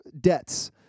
debts